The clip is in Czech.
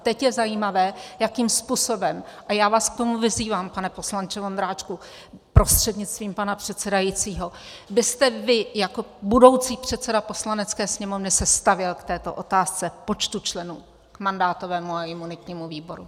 Teď je zajímavé, jakým způsobem, a já vás k tomu vyzývám, pane poslanče Vondráčku, prostřednictvím pana předsedajícího, byste se vy jako budoucí předseda Poslanecké sněmovny stavěl k této otázce počtu členů k mandátovému a imunitnímu výboru.